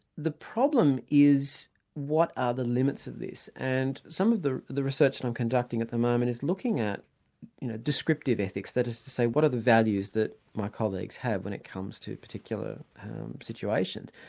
the problem is what are the limits of this? and some of the the research and i'm conducting at the moment is looking at descriptive ethics, that is to say what are the values that my colleagues have when it comes to particular situations,